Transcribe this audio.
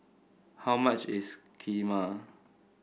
how much is Kheema